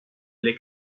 les